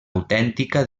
autèntica